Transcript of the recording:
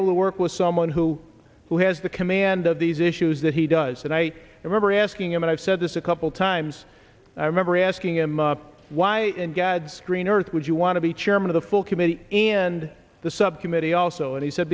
able to work with someone who who has the command of these issues that he does and i remember asking him and i've said this a couple times i remember asking him why in god's green earth would you want to be chairman of the full committee and the subcommittee also and he said